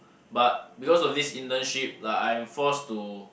but because of this internship like I'm forced to